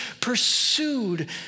pursued